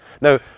Now